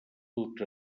duts